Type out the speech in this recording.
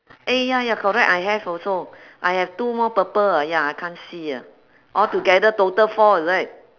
eh ya ya correct I have also I have two more purple uh ya I can't see eh all together total four is it